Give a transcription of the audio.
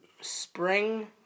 Spring